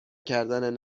کردن